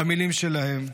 במילים שלהם,